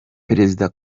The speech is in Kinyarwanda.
perezida